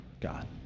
God